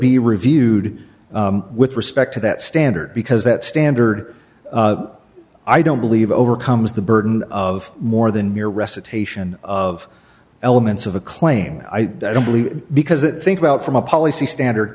be reviewed with respect to that standard because that standard i don't believe overcomes the burden of more than mere recitation of elements of a claim i don't believe because it think about from a policy standard